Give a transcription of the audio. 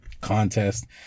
contest